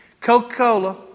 Coca-Cola